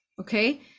okay